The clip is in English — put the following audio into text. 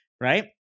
right